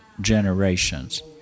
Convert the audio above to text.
generations